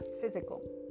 physical